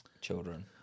children